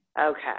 Okay